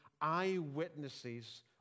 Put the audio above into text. eyewitnesses